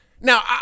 Now